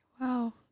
Wow